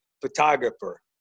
photographer